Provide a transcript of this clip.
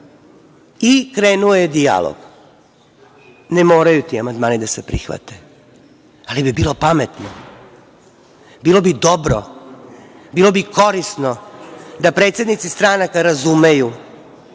i krenuo je dijalog. Ne moraju ti amandmani da se prihvate, ali bi bilo pametno, bilo bi dobro, bilo bi korisno da predsednici stranaka razumeju